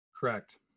Correct